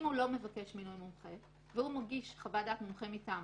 אם הוא לא מבקש מינוי מומחה אלא מגיש חוות דעת מומחה מטעמו,